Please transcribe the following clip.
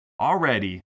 already